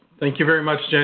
thank you very much, jenny.